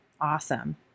Awesome